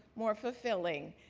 more fulfilling,